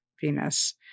Venus